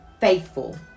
faithful